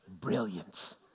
Brilliant